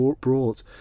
brought